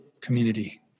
community